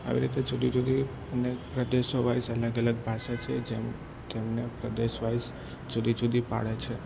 આવી રીતે જુદી જુદી અને પ્રદેશો વાઇઝ અલગ અલગ ભાષા છે જેમ જેમને પ્રદેશ વાઇઝ જુદી જુદી પાડે છે